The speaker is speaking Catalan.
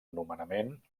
nomenament